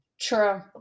true